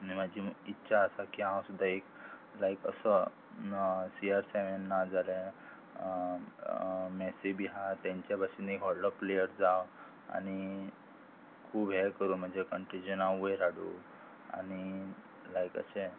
आनी म्हाजी इच्छा आसा की हांव सुद्दां एक लायक असो सी आर सेवेन ना जाल्यार मेसी बी आहा तेंचे भाशेन एक व्हडलो प्लेयर जावं आनी खूब हें करून म्हजे कंट्रीचें नांव वयर हाडूं आनी लायक अशें